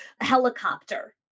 helicopter